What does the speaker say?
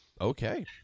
okay